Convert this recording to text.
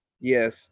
Yes